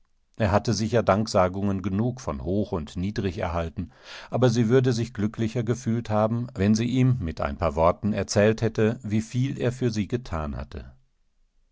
er hatte sicher danksagungen genug von hoch und niedrig erhalten aber sie würde sich glücklicher gefühlt haben wenn sie ihm mit ein paar worten erzählthätte wievielerfürsiegetanhatte auf